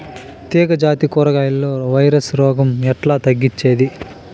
తీగ జాతి కూరగాయల్లో వైరస్ రోగం ఎట్లా తగ్గించేది?